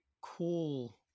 cool